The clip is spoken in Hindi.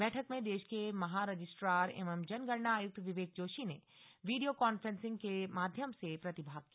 बैठक में देश के महारजिस्ट्रार एवं जनगणना आयुक्त विवेक जोशी ने वीडियो क्रॉन्फेसिंग के माध्यम से प्रतिभाग किया